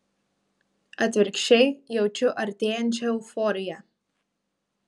atvirkščiai jaučiu artėjančią euforiją